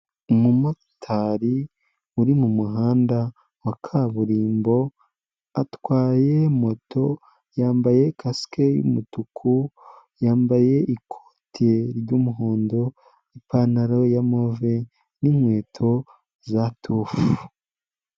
Umumotari uri mu muhanda wa kaburimbo atwaye moto, yambaye Casike y'umutuku, yambaye ikote ry'umuhondo, ipantaro ya move n'inkweto za tufu.